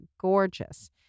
gorgeous